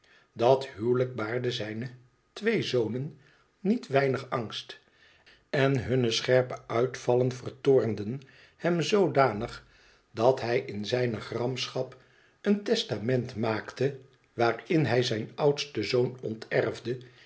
dat huwelijk baarde zijne twee zonen niet weinig angst en hunne scherpe uitvallen vertoornden hem zoodanig dat hij in zijne gramschap een testament maakte waarin hij zijn oudsten zoon onterfde